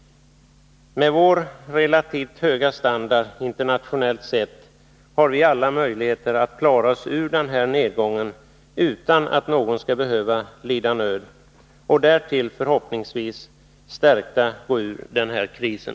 Med vår relativt höga standard internationellt sett har vi alla möjligheter att klara oss ur den här nedgången, utan att någon skall behöva lida nöd — och därtill förhoppningsvis gå stärkta ur krisen.